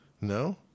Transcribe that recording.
No